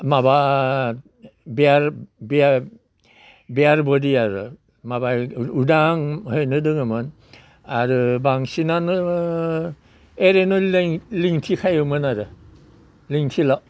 माबा बेयार बेया बेयार बदि आरो माबा उदांहैनो दोङोमोन आरो बांसिनानो एरैनो लिथिं खायोमोन आरो लिंथिल'